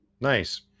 nice